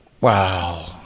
Wow